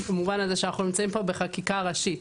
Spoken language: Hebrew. במובן הזה שאנחנו נמצאים פה בחקיקה ראשית.